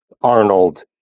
Arnold